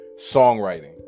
songwriting